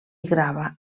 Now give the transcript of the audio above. grava